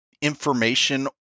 information